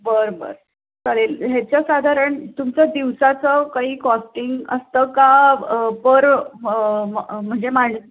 बरं बरं चालेल ह्याच्या साधारण तुमचं दिवसाचं काही कॉस्टिंग असतं का पर म्हणजे मांण